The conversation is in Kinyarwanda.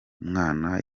umwana